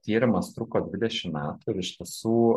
tyrimas truko dvidešim metų ir iš tiesų